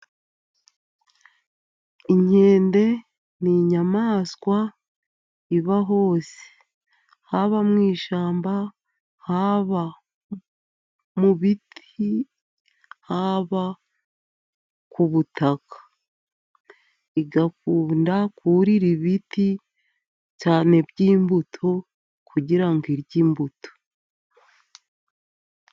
Inkende ni inyamaswa iba hose, haba mu ishyamba, haba mu biti, haba ku butaka. Igakunda kurira ibiti cyane iby'imbuto kugira irye imbuto.